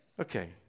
Okay